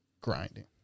grinding